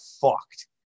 fucked